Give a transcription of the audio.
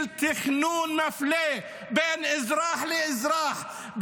תכנון מפלה בין אזרח לאזרח,